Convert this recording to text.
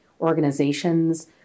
organizations